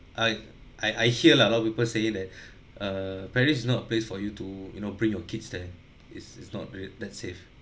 I I I hear lah what people saying that err paris is not a place for you to you know bring your kids there is is not th~ that safe